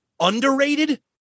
underrated